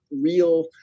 real